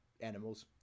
animals